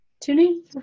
tuning